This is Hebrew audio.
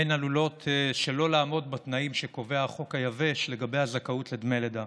הן עלולות שלא לעמוד בתנאים שקובע החוק היבש לגבי הזכאות לדמי לידה.